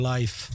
Life